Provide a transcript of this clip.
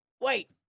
Wait